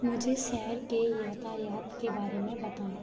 मुझे शहर के यातायात के बारे में बताएँ